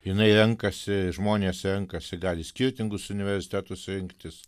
jinai renkasi žmonės renkasi gali skirtingus universitetus rinktis